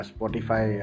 Spotify